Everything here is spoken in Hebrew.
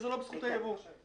וזה לא בזכות הייבוא.